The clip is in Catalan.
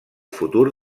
futur